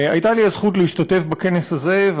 הייתה לי הזכות להשתתף בכנס הזה,